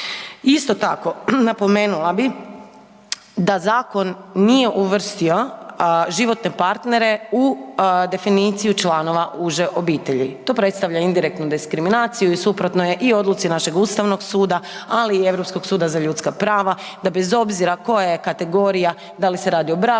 Isto tako napomenula bi da zakon nije uvrstio životne partnere u definicija članova uže obitelji. Tu predstavlja indirektnu diskriminaciju i suprotno je i odluci našeg Ustavnog suda ali i Europskog suda za ljudska prava da bez obzira koja je kategorija, da li se radi o braku